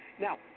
Now